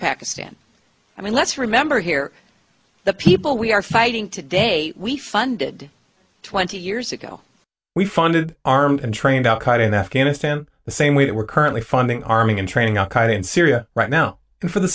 pakistan i mean let's remember here the people we are fighting today we funded twenty years ago we funded armed and trained al qaeda in afghanistan the same way that we're currently funding arming and training al qaeda in syria right now for the